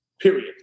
period